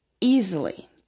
easily